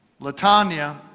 Latanya